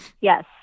Yes